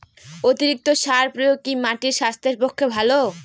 অতিরিক্ত সার প্রয়োগ কি মাটির স্বাস্থ্যের পক্ষে ভালো?